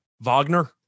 Wagner